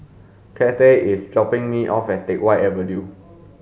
Cathey is dropping me off at Teck Whye Avenue